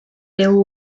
bill